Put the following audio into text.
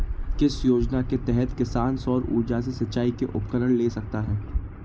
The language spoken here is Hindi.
किस योजना के तहत किसान सौर ऊर्जा से सिंचाई के उपकरण ले सकता है?